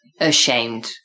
ashamed